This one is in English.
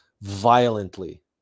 violently